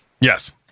Yes